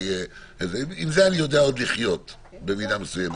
עם זה אני יודע עוד לחיות במידה מסוימת.